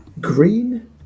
green